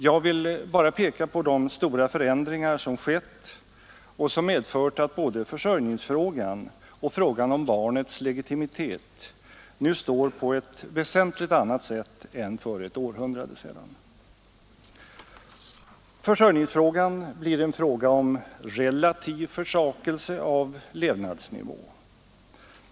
Jag vill bara peka på de stora förändringar som skett och som medfört att både försörjningsfrågan och frågan om barnets legitimitet nu 85 står på ett väsentligt annat sätt än för ett århundrade sedan. Försörjningsfrågan blir en fråga om relativ försakelse av levnadsnivå.